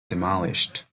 demolished